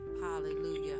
Hallelujah